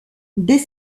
dès